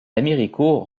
héricourt